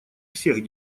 всех